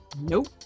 Nope